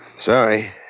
Sorry